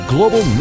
Global